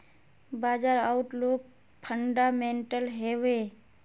बाजार outlook fundamental हैवै?